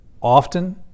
often